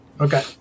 Okay